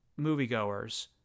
moviegoers